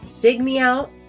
digmeout